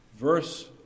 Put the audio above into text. verse